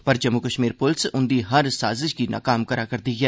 पर जम्मू कश्मीर पुलस उंदी हर साजश गी नकाम करै करदी ऐ